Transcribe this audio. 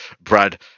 Brad